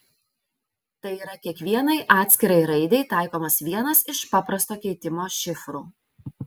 tai yra kiekvienai atskirai raidei taikomas vienas iš paprasto keitimo šifrų